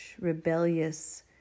rebellious